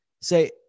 say